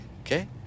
Okay